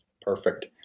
perfect